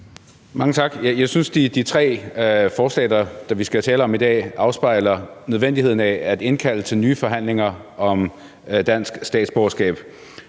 Mange tak. Jeg synes, de tre forslag, vi skal tale om i dag, afspejler nødvendigheden af at indkalde til nye forhandlinger om dansk statsborgerskab.